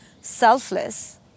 selfless